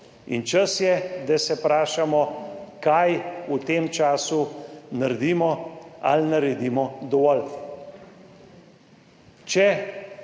in čas je, da se vprašamo, kaj v tem času naredimo, ali naredimo dovolj.